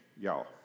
y'all